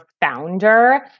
founder